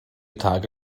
tage